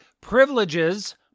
Privileges